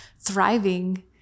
thriving